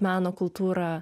meno kultūrą